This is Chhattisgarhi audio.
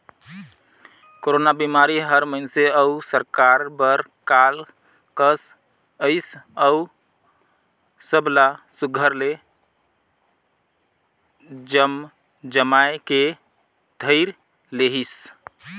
कोरोना बिमारी हर मइनसे अउ सरकार बर काल कस अइस अउ सब ला सुग्घर ले जमजमाए के धइर लेहिस